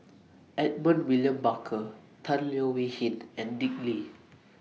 Edmund William Barker Tan Leo Wee Hin and Dick Lee